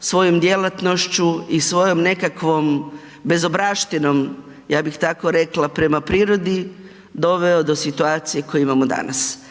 svojom djelatnošću i svojom nekakvom bezobraštinom, ja bih tako rekla, prema prirodi, doveo do situacije koju imamo danas.